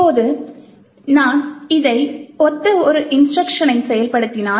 இப்போது நான் இதை ஒத்த ஒரு இன்ஸ்ட்ருக்ஷனை செயல்படுத்தினால்